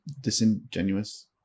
disingenuous